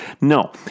no